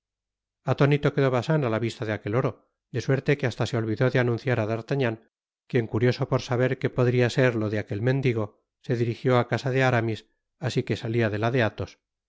atónito quedó bacin á la vista de aquel oro de suerte que hasta se olvidó de anunciar á d'artagnan quien curioso por saber que podria ser lo de aquel mendigo se dirijió á casa de aramis a i que salia de la de athos